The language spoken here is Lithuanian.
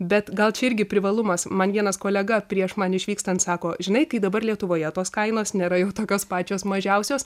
bet gal čia irgi privalumas man vienas kolega prieš man išvykstant sako žinai kai dabar lietuvoje tos kainos nėra jau tokios pačios mažiausios